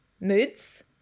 Moods